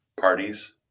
parties